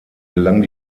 gelang